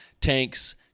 tanks